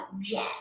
Jet